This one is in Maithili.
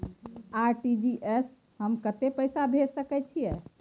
आर.टी.जी एस स हम कत्ते पैसा भेज सकै छीयै?